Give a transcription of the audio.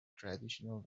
traditional